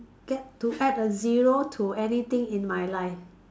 get to add a zero to anything in my life